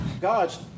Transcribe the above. God's